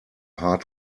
hard